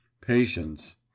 —'Patience